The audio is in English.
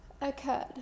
occurred